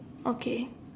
okay